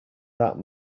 that